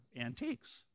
antiques